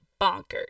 bonkers